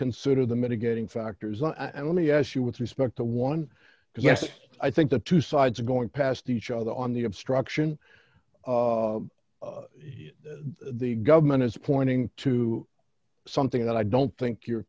consider the mitigating factors and let me ask you with respect to one because yes i think the two sides are going past each other on the obstruction of the government is pointing to something that i don't think you're